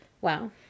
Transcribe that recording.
wow